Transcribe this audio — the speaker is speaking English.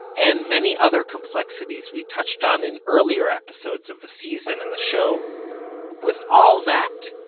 and many other complexities we touched on in earlier episodes of the season and the show with all that,